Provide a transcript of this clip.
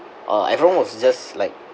uh everyone was just like